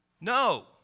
No